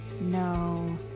No